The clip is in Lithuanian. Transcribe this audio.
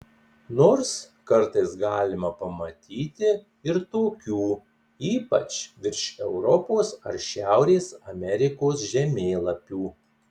nors kartais galima pamatyti ir tokių ypač virš europos ar šiaurės amerikos žemėlapių